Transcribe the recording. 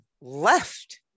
left